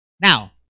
Now